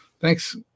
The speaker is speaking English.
Thanks